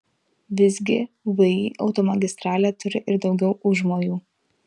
visgi vį automagistralė turi ir daugiau užmojų